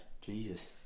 Jesus